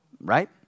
Right